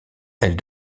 elle